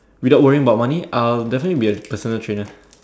without worrying about money I'll definitely be a personal trainers